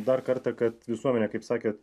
dar kartą kad visuomenė kaip sakėt